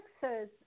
says